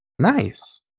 Nice